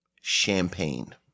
champagne